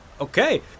Okay